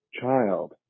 child